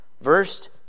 Verse